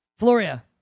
Floria